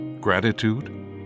gratitude